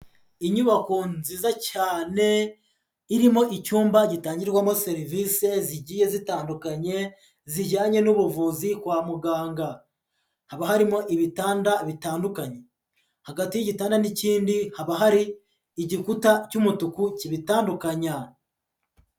Inyubako nziza cyane irimo icyumba gitangirwamo serivisi zigiye zitandukanye zijyanye n'ubuvuzi kwa muganga, haba harimo ibitanda bitandukanye, hagati y'igitanda n'ikindi haba hari igikuta cy'umutuku kibitandukanya.